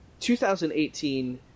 2018